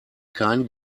kein